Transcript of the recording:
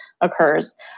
occurs